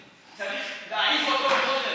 צריך להעיף אותו בכל דרך,